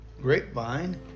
grapevine